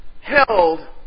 held